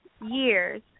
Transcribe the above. years